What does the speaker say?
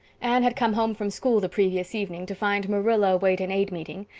anne had come home from school the previous evening, to find marilla away at an aid meeting,